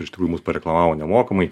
iš tikrųjų mus pareklamavo nemokamai